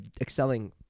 excelling